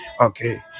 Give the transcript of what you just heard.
okay